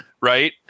right